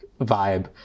vibe